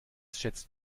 schätzt